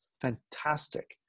Fantastic